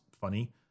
funny